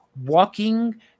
walking